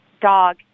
dog